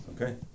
Okay